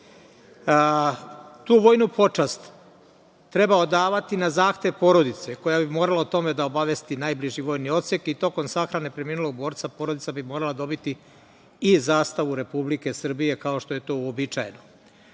vojnu počast treba odavati na zahtev porodice koja bi morala o tome da obavesti najbliži vojni odsek i tokom sahrane preminulog borca porodica bi morala dobiti i zastavu Republike Srbije, kao što je to uobičajeno.O